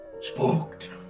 Spooked